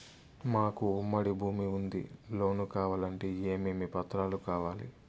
మాకు ఉమ్మడి భూమి ఉంది లోను కావాలంటే ఏమేమి పత్రాలు కావాలి?